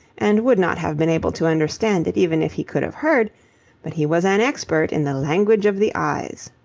and would not have been able to understand it even if he could have heard but he was an expert in the language of the eyes.